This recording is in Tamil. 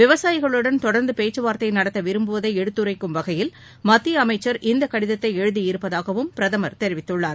விவசாயிகளுடன் தொடர்ந்து பேச்சுவார்த்தை நடத்த விரும்புவதை எடுத்துரைக்கும் வகையில் மத்திய அமைச்சர் இந்த கடிதத்தை எழுதியிருப்பதாகவும் பிரதமர் தெரிவித்துள்ளார்